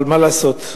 מה לעשות?